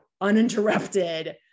uninterrupted